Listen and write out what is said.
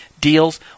deals